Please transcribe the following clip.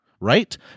right